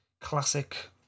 classic